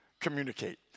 communicate